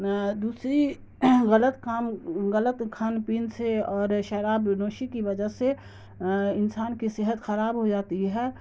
دوسری غلط کام غلط کھان پان سے اور شراب و نوشی کی وجہ سے انسان کی صحت خراب ہو جاتی ہے